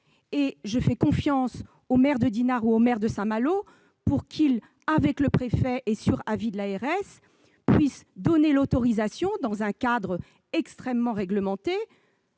et je fais confiance au maire de Dinard ou de Saint-Malo, lesquels, avec le préfet et sur avis de l'ARS, donneront l'autorisation, dans un cadre extrêmement réglementé,